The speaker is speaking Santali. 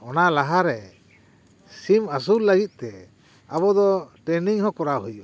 ᱚᱱᱟ ᱞᱟᱦᱟᱨᱮ ᱥᱤᱢ ᱟᱹᱥᱩᱞ ᱞᱟᱹᱜᱤᱫ ᱛᱮ ᱟᱵᱚ ᱫᱚ ᱴᱨᱮᱱᱤᱝ ᱦᱚᱸ ᱠᱚᱨᱟᱣ ᱦᱩᱭᱩᱜᱼᱟ